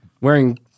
wearing